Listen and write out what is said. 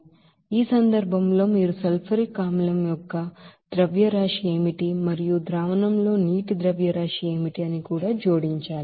కాబట్టి ఈ సందర్భంలో మీరు సల్ఫ్యూరిక్ ಆಸಿಡ್ యొక్క ಮಾಸ್ ಫ್ಲೋ ರೇಟ್ ఏమిటి మరియు ಸೊಲ್ಯೂಷನ್లో ಮಾಸ್ ಫ್ಲೋ ರೇಟ್ ఏమిటి అని కూడా జోడించాలి